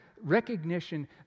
recognition